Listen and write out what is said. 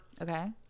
Okay